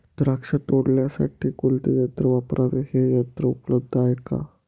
द्राक्ष तोडण्यासाठी कोणते यंत्र वापरावे? हे यंत्र उपलब्ध आहे का?